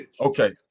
Okay